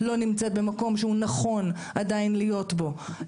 לא נמצאת במקום שהוא נכון עדיין להיות פה.